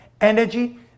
Energy